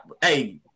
hey